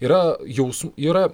yra jaus yra